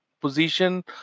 position